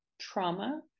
trauma